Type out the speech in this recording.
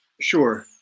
Sure